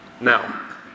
Now